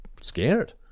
scared